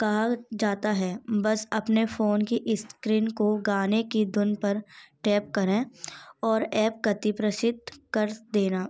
कहा जाता है बस अपने फोन के स्क्रीन स्क्रीन को गाने की धुन पर टैप करें और ऐप कर देना